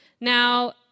Now